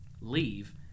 leave